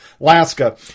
Alaska